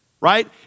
right